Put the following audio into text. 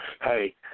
Hey